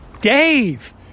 Dave